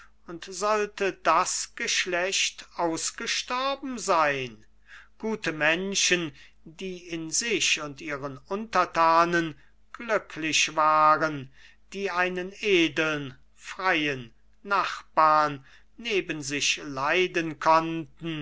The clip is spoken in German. sollte das geschlecht ausgestorben sein gute menschen die in sich und ihren untertanen glücklich waren die einen edeln freien nachbar neben sich leiden konnten